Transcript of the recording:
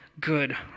good